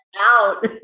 out